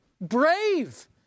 brave